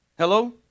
Hello